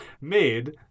made